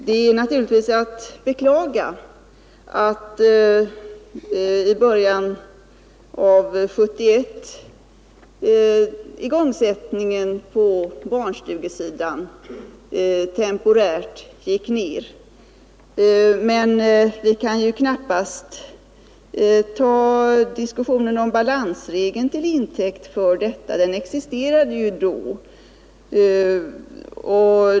Det är naturligtvis att beklaga att igångsättningen på barnstugesidan temporärt gick ned i början av 1971, men vi kan ju knappast ta diskussionen om balansregeln till intäkt för detta. Den existerade ju då.